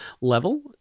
level